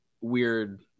weird